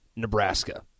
Nebraska